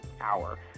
hour